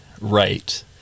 right